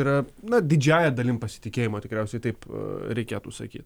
yra na didžiąja dalim pasitikėjimo tikriausiai taip reikėtų sakyt